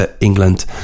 England